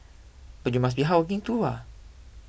but you must be hardworking too